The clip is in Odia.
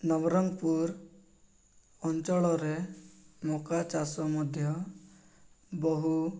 ନବରଙ୍ଗପୁର ଅଞ୍ଚଳରେ ମକା ଚାଷ ମଧ୍ୟ ବହୁ